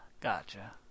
Gotcha